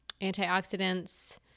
antioxidants